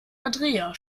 andrea